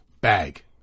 bag